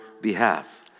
behalf